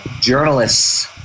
journalists